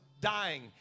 dying